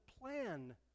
plan